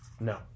No